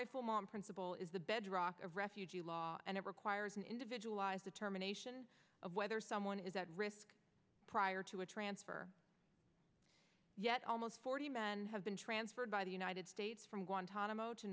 nonracial mom principle is the bedrock of refugee law and it requires an individualized determination of whether someone is at risk prior to a transfer yet almost forty men have been transferred by the united states from guantanamo to